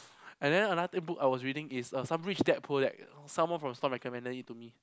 and then another book I was reading is uh some Rich Dad Poor Dad someone from the store recommended it to me